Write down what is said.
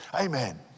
Amen